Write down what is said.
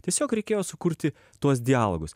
tiesiog reikėjo sukurti tuos dialogus